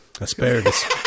Asparagus